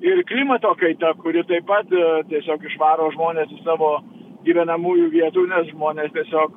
ir klimato kaita kuri taip pat tiesiog išvaro žmones iš savo gyvenamųjų vietų nes žmonės tiesiog